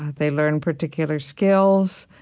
they learn particular skills.